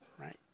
Right